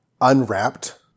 unwrapped